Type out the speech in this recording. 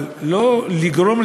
אבל למה לגרום,